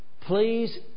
Please